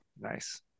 Nice